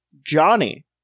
Johnny